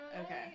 Okay